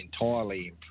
entirely